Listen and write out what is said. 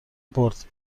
برد